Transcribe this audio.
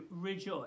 rejoice